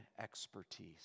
expertise